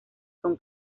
son